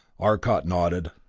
arcot nodded.